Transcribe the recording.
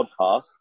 podcast